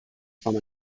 from